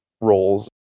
roles